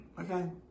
Okay